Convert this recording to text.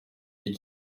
iri